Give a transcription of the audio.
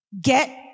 Get